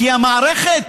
כי המערכת,